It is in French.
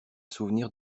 souvenir